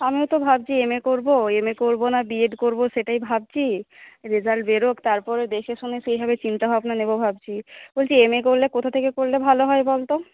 আমিও তো ভাবছি এমএ করব এমএ করব নাহ বিএড করব সেটাই ভাবছি রেজাল্ট বেরোক তারপরে দেখে শুনে সেইভাবে চিন্তা ভাবনা নেব ভাবছি বলছি এমএ করলে কোথা থেকে করলে ভাল হয় বলতো